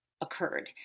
occurred